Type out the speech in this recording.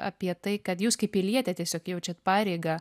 apie tai kad jūs kaip pilietė tiesiog jaučiat pareigą